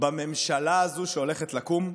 בממשלה הזאת שהולכת לקום,